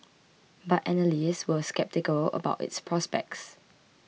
but analysts were sceptical about its prospects